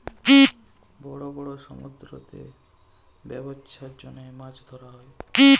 বড় বড় সমুদ্দুরেতে ব্যবছার জ্যনহে মাছ ধ্যরা হ্যয়